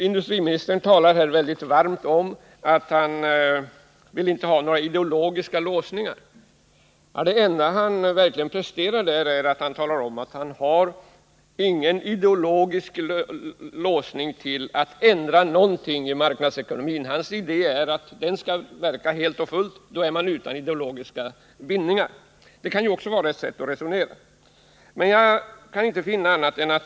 Industriministern talar här väldigt varmt om att han inte vill ha några ideologiska låsningar. Men det enda han verkligen presterar i det avseendet är att tala om att han inte har någon ideologisk låsning till att göra ändringar i marknadsekonomin. Hans idé är att den skall verka helt och fullt. Då är man utan ideologiska bindningar. Det är också ett sätt att resonera.